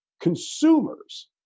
consumers